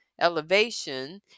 elevation